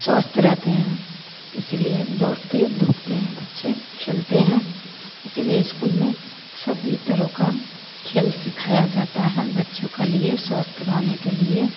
स्वस्थ रहते हैं इसीलिए दौड़ते धूपते हैं बच्चे खेलते हैं इसीलिए इस्कूल में सभी तरहों का खेल सिखाया जाता है बच्चों का लिए स्वस्थ रहने के लिए